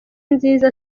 nziza